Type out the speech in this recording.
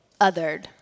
othered